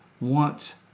want